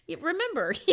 remember